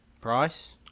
Price